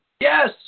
Yes